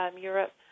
Europe